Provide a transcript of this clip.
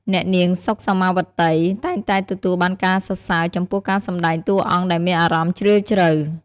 អ្នកនាង សុខ សោម៉ាវត្តី តែងតែទទួលបានការសរសើរចំពោះការសម្តែងតួអង្គដែលមានអារម្មណ៍ជ្រាលជ្រៅ។